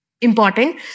important